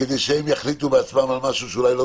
כדי שהם יחליטו בעצמם על משהו שאולי לא